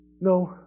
no